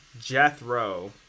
Jethro